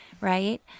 right